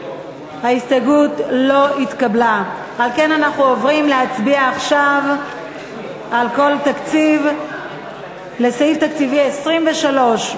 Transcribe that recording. ההסתייגות של קבוצת סיעת מרצ לסעיף 23,